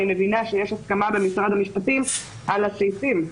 מבינה שיש הסכמה במשרד המשפטים על הסעיפים.